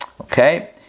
Okay